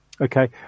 Okay